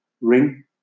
ring